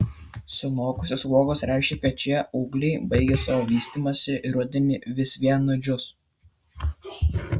sunokusios uogos reiškia kad šie ūgliai baigė savo vystymąsi ir rudenį vis vien nudžius